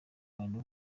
bantu